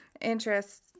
interests